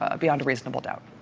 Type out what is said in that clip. ah beyond a reasonable doubt.